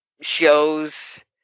shows